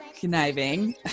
conniving